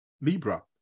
Libra